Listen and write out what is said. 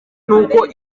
nuko